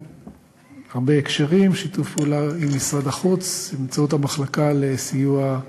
בהרבה הקשרים: שיתוף פעולה עם משרד החוץ באמצעות המחלקה לסיוע,